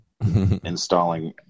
installing